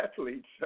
athletes